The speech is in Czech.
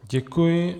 Děkuji.